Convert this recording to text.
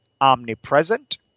omnipresent